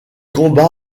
combat